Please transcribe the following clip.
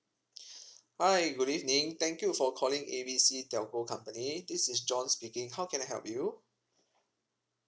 hi good evening thank you for calling A B C telco company this is john speaking how can I help you